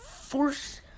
force